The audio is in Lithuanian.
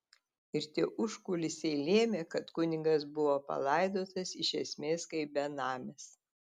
ir tie užkulisiai lėmė kad kunigas buvo palaidotas iš esmės kaip benamis